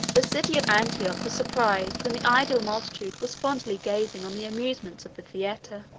the city of antioch was surprised when the idle multitude was fondly gazing on the amusements of the theatre.